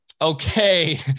Okay